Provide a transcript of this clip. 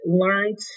learned